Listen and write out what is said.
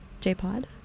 J-Pod